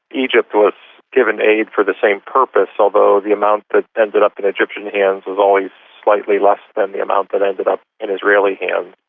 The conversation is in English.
egypt was given aid for the same purpose, although the amount that ended up in egyptian hands was always slightly less than the amount that ended up in israeli hands.